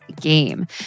game